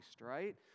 right